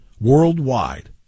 worldwide